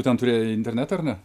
tu ten turėjai internetą ar ne